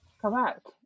Correct